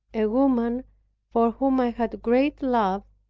a woman for whom i had great love,